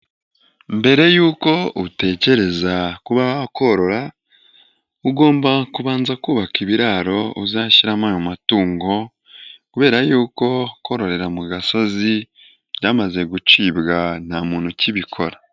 Mbere yuko utekereza kuba wakorora, ugomba kubanza kubaka ibiraro uzashyiramo ayo matungo kubera yuko kororera mu gasozi byamaze gucibwa nta muntu ukibikora.